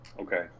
Okay